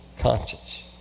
conscience